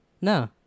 No